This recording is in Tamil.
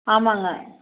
ஆமாங்க